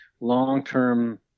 long-term